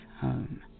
home